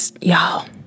y'all